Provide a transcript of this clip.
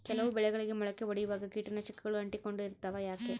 ಕೆಲವು ಬೆಳೆಗಳಿಗೆ ಮೊಳಕೆ ಒಡಿಯುವಾಗ ಕೇಟನಾಶಕಗಳು ಅಂಟಿಕೊಂಡು ಇರ್ತವ ಯಾಕೆ?